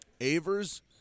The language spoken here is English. Avers